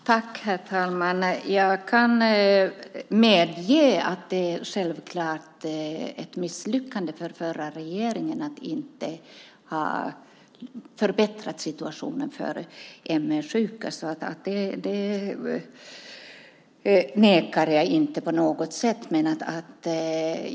Herr talman! Jag kan medge att det självklart är ett misslyckande att den förra regeringen inte förbättrade situationen för ME-sjuka. Det förnekar jag inte på något sätt.